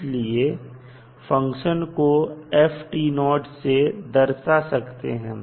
इसलिए फंक्शन को से दर्शा सकते हैं